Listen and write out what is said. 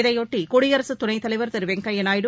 இதையொட்டி குடியரசுத் துணைத்தலைவா் திரு வெங்கையா நாயுடு